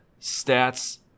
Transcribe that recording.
stats